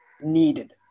needed